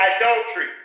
adultery